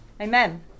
Amen